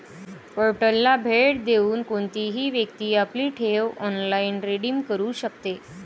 पोर्टलला भेट देऊन कोणतीही व्यक्ती आपली ठेव ऑनलाइन रिडीम करू शकते